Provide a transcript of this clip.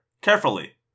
carefully